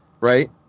right